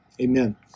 amen